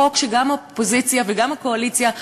חוק שגם האופוזיציה וגם הקואליציה,